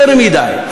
יותר מדי,